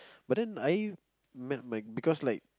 but then I met my because like